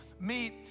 meet